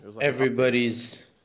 everybody's